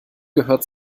gehört